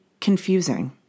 confusing